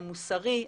המוסרי,